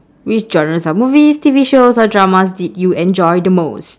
which genres of movies T_V shows or dramas did you enjoy the most